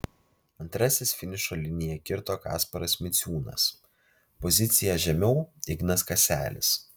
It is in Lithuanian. antrasis finišo liniją kirto kasparas miciūnas pozicija žemiau ignas kaselis